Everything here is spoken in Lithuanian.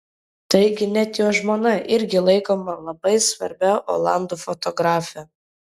taigi net jo žmona irgi laikoma labai svarbia olandų fotografe